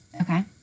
okay